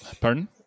Pardon